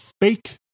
fake